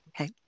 Okay